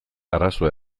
arazoa